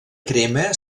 crema